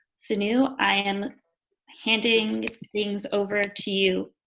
sonoo, i am handing things over to you.